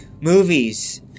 movies